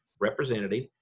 representative